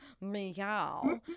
meow